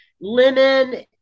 lemon